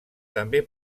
també